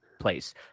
place